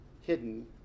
hidden